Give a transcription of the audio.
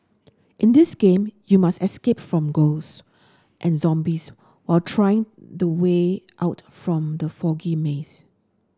in this game you must escape from ghosts and zombies while try the way out from the foggy maze